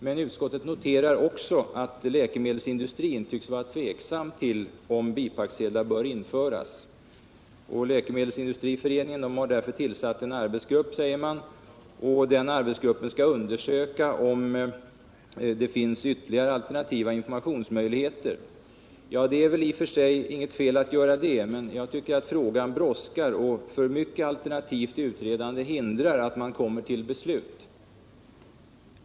Men utskottet noterar också att läkemedelsindustrin tycks vara tveksam till om bipacksedlar bör införas. Läkemedelsindustriföreningen har därför tillsatt en arbetsgrupp, säger man. Den arbetsgruppen skall undersöka om det finns ytterligare alternativa informationsmöjligheter. Det är väl i och för sig inget fel att göra det, men jag tycker att frågan brådskar, och för mycket alternativt utredande hindrar att man kommer till beslut.